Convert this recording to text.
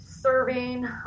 serving